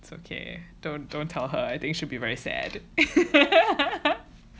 it's okay don't don't tell her I think she'll be very sad